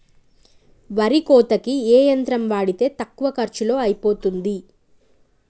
వరి కోతకి ఏ యంత్రం వాడితే తక్కువ ఖర్చులో అయిపోతుంది?